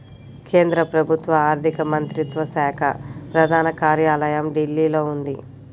కేంద్ర ప్రభుత్వ ఆర్ధిక మంత్రిత్వ శాఖ ప్రధాన కార్యాలయం ఢిల్లీలో ఉంది